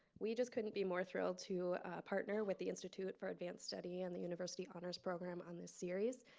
we just couldn't be more thrilled to partner with the institute for advanced study and the university honors program on this series.